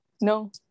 No